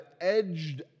edged